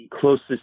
closest